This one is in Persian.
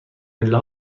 پله